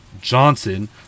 Johnson